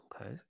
Okay